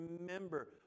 remember